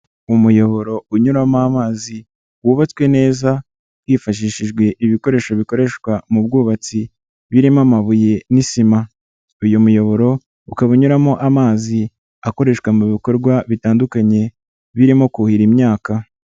Umuyoboro unyuramo amazi wubatswe neza hifashishijwe ibikoresho bikoreshwa mu bwubatsi birimo amabuye n'isima, uyu muyoboro ukaba unyuramo amazi akoreshwa mu bikorwa bitandukanye, birimo kuhira imyaka.